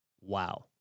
wow